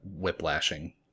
whiplashing